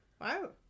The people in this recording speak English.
wow